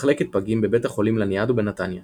מחלקת פגים בבית החולים לניאדו בנתניה